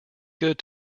good